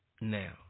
now